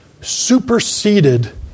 superseded